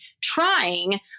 Trying